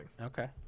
Okay